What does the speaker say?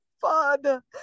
father